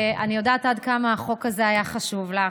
אני יודעת עד כמה החוק הזה היה חשוב לך.